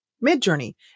Mid-Journey